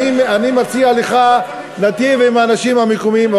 אני מציע לך, ניטיב עם האנשים המקומיים.